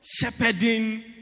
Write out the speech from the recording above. shepherding